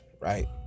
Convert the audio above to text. right